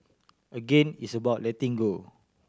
again it's about letting go